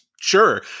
sure